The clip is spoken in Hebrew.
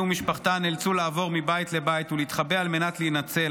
היא ומשפחתה נאלצו לעבור מבית לבית ולהתחבא על מנת להינצל,